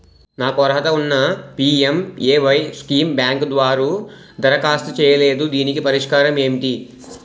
నాకు అర్హత ఉన్నా పి.ఎం.ఎ.వై స్కీమ్ బ్యాంకు వారు దరఖాస్తు చేయలేదు దీనికి పరిష్కారం ఏమిటి?